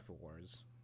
wars